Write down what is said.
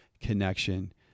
connection